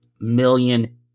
million